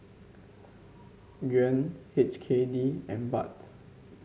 Yuan H K D and Baht